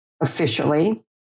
officially